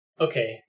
okay